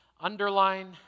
underline